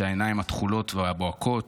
העיניים התכולות והבוהקות,